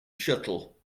shuttle